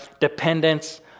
dependence